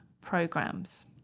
programs